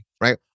right